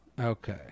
Okay